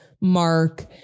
Mark